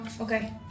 Okay